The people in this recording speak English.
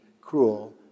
cruel